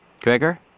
Gregor